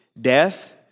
death